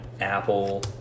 Apple